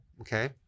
okay